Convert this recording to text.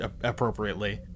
appropriately